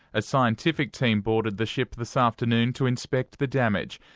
a scientific team boarded the ship this afternoon to inspect the damage.